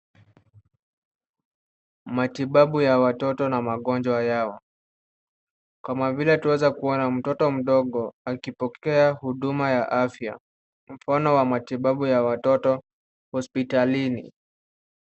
Matibabu ya watoto na magonjwa yao, kama vile tunaweza kuona mtoto mdogo akipokea huduma ya afya. Tunaona matibabu ya watoto hospitalini.